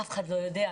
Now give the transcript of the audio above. אף אחד לא יודע.